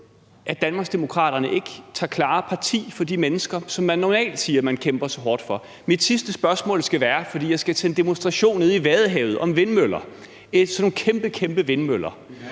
at Danmarksdemokraterne ikke mere klart tager parti for de mennesker, som man normalt siger man kæmper så hårdt for. Mit sidste spørgsmål skal være, for jeg skal til en demonstration nede i Vadehavet om vindmøller, sådan nogle kæmpe, kæmpe vindmøller